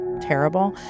terrible